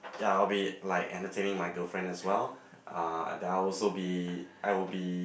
ya I would be like entertaining my girlfriend as well uh I will also be I will be